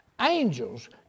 Angels